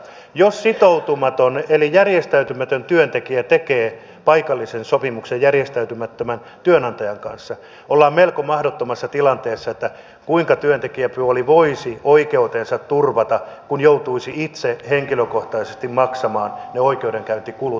jos sitoutumaton eli järjestäytymätön työntekijä tekee paikallisen sopimuksen järjestäytymättömän työnantajan kanssa ollaan melko mahdottomassa tilanteessa että kuinka työntekijäpuoli voisi oikeutensa turvata kun joutuisi itse henkilökohtaisesti maksamaan ne oikeudenkäyntikulut